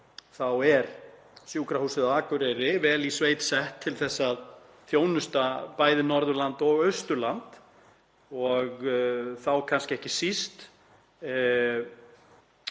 þá er Sjúkrahúsið á Akureyri vel í sveit sett til að þjónusta bæði Norðurland og Austurland og þá kannski ekki síst